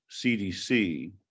CDC